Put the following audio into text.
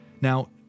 Now